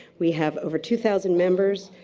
we have over two thousand members.